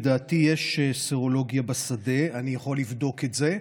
לדעתי, יש סרולוגיה בשדה ואני יכול לבדוק את זה.